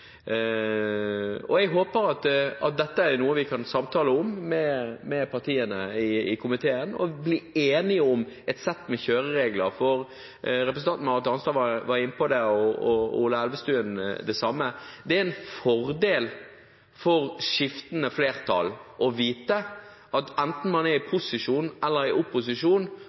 Jeg håper at dette er noe vi kan samtale om med partiene i komiteen og bli enige om et sett med kjøreregler. Representanten Marit Arnstad var inne på det, Ola Elvestuen det samme, at det er en fordel for skiftende flertall å vite at enten man er i posisjon eller i opposisjon,